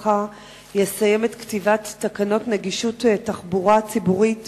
משרדך יסיים את כתיבת תקנות נגישות תחבורה ציבורית